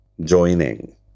Joining